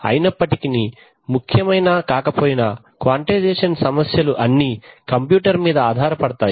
అయినప్పటికినీ ముఖ్యమైనా కాకపోయినా క్వాంటైజేషన్ సమస్యలు అన్నీ కంప్యూటర్ మీద ఆధార పడతాయి